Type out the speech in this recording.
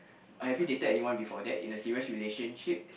have you dated anyone before that in a serious relationship